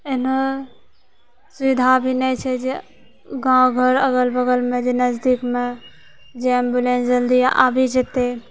एहनो सुविधा भी नहि छै जे गाँव घर अगल बगल मे जे नजदीक मे जे एम्बुलेन्स जल्दी आबि जेतै